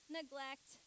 neglect